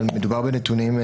אבל מדובר בנתונים,